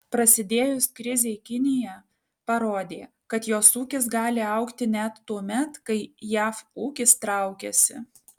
prasidėjus krizei kinija parodė kad jos ūkis gali augti net tuomet kai jav ūkis traukiasi